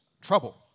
trouble